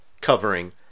covering